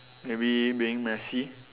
maybe being messy